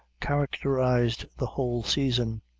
characterized the whole season.